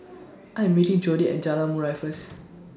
I Am meeting Jodi At Jalan Murai First